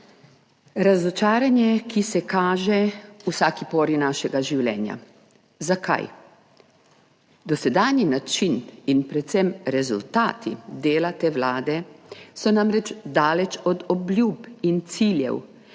Razočaranje, ki se kaže v vsaki pori našega življenja. Zakaj? Dosedanji način in predvsem rezultati dela te Vlade so namreč daleč od obljub in ciljev,